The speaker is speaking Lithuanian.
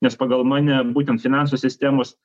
nes pagal mane būtent finansų sistemos